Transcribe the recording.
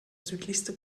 südlichste